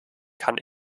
kann